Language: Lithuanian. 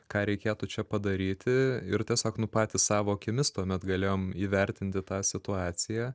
ką reikėtų čia padaryti ir tiesiog nu patys savo akimis tuomet galėjom įvertinti tą situaciją